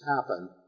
happen